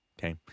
Okay